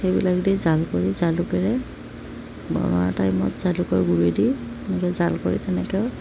সেইবিলাক দি জাল কৰি জালুকেৰে বনোৱা টাইমত জালুকে গুৰি দি এনেকৈ জাল কৰি তেনেকৈও